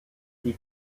die